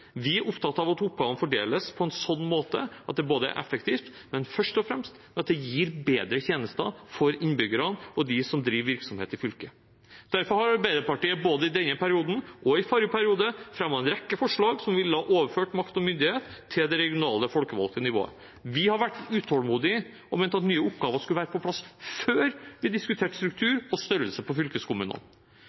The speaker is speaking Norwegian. Vi er opptatt av at oppgavene fordeles på en sånn måte at det er effektivt, men først og fremst at det gir bedre tjenester for innbyggerne og for dem som driver virksomhet i fylket. Derfor har Arbeiderpartiet både i denne perioden og i forrige periode fremmet en rekke forslag som ville ha overført makt og myndighet til det regionale folkevalgte nivået. Vi har vært utålmodige og ment at nye oppgaver skulle være på plass før vi diskuterte struktur og størrelse på fylkeskommunene.